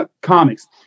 comics